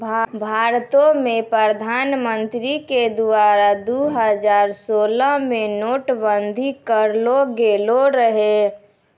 भारतो मे प्रधानमन्त्री के द्वारा दु हजार सोलह मे नोट बंदी करलो गेलो रहै